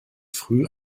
früh